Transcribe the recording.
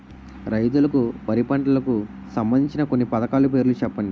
రైతులకు వారి పంటలకు సంబందించిన కొన్ని పథకాల పేర్లు చెప్పండి?